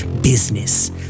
business